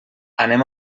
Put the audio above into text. anem